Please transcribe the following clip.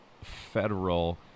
federal